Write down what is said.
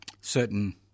certain